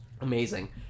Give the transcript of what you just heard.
Amazing